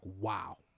wow